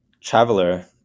Traveler